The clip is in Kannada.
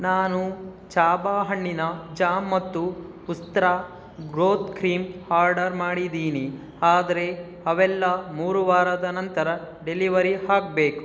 ನಾನು ಚಾಬಾ ಹಣ್ಣಿನ ಜ್ಯಾಮ್ ಮತ್ತು ಉಸ್ತ್ರಾ ಗ್ರೋಥ್ ಕ್ರೀಮ್ ಹಾರ್ಡರ್ ಮಾಡಿದ್ದೀನಿ ಆದರೆ ಅವೆಲ್ಲ ಮೂರು ವಾರದ ನಂತರ ಡೆಲಿವರಿ ಹಾಕಬೇಕು